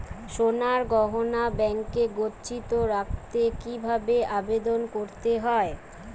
সোনার গহনা ব্যাংকে গচ্ছিত রাখতে কি ভাবে আবেদন করতে হয়?